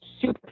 super